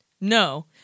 No